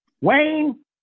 Wayne